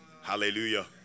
Hallelujah